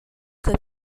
quei